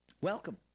welcome